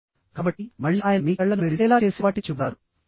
కాబట్టి మళ్ళీ ఆయన మీ కళ్ళను మెరిసేలా చేసే వాటిని చెబుతారు